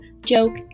joke